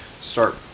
start